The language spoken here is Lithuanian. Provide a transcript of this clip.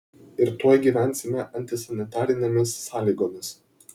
ir tuoj gyvensime antisanitarinėmis sąlygomis